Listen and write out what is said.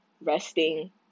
resting